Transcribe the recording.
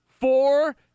four